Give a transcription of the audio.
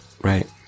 Right